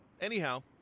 anyhow